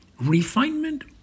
Refinement